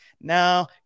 now